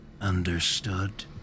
understood